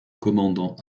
commandant